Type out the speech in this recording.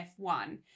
f1